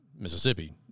Mississippi